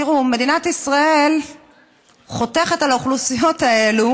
תראו, מדינת ישראל חותכת על האוכלוסיות האלה